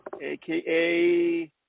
AKA